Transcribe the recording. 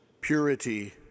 purity